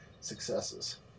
successes